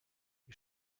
die